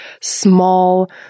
small